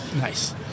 Nice